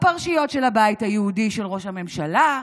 הפרשיות של הבית היהודי של ראש הממשלה,